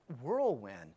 whirlwind